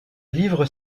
livre